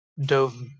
dove